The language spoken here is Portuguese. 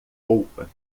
roupa